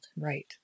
Right